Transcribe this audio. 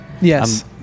Yes